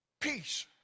Peace